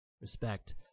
respect